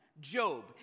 Job